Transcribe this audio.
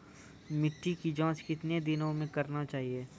मिट्टी की जाँच कितने दिनों मे करना चाहिए?